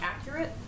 accurate